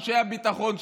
אנשי הביטחון,